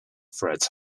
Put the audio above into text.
threads